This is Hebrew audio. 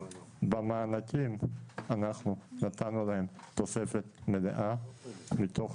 במענקים אנחנו נתנו להם תוספת מלאה מתוך